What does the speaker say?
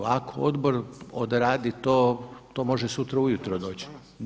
Ako odbor odradi to, to može sutra ujutro doći.